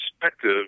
perspective